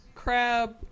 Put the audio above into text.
Crab